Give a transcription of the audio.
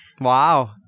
Wow